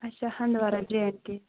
اچھا Handwara J and K